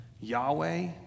Yahweh